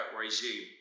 regime